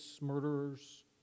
murderers